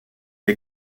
est